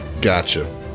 Gotcha